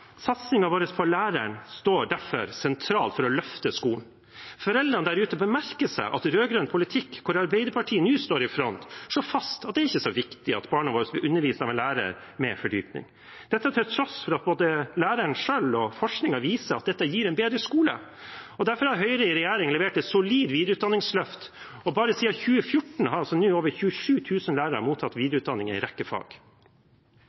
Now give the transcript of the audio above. vår på læreren står derfor sentralt for å løfte skolen. Foreldrene der ute bør merke seg at rød-grønn politikk, hvor Arbeiderpartiet nå står i front, slår fast at det ikke er så viktig at barna våre blir undervist av en lærer med fordypning, dette til tross for at både læreren selv og forskningen viser at dette gir en bedre skole. Derfor har Høyre i regjering levert et solid videreutdanningsløft, og bare siden 2014 har over 27 000 lærere mottatt videreutdanning i en rekke fag.